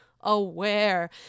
aware